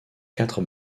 quatre